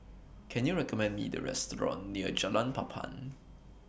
Can YOU recommend Me A Restaurant near Jalan Papan